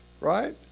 right